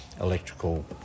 electrical